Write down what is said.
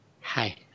hi